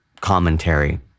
commentary